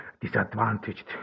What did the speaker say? disadvantaged